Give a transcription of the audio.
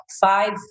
five